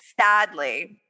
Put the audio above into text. sadly